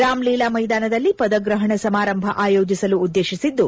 ರಾಮ್ಲೀಲಾ ಮೈದಾನದಲ್ಲಿ ಪದಗ್ರಹಣ ಸಮಾರಂಭ ಆಯೋಜಿಸಲು ಉದ್ವೇಶಿಸಿದ್ದು